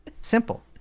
Simple